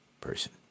person